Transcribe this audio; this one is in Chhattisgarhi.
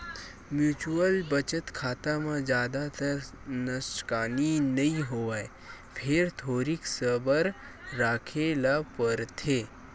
म्युचुअल बचत खाता म जादातर नसकानी नइ होवय फेर थोरिक सबर राखे ल परथे